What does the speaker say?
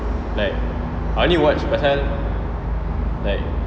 like I only watch pasal like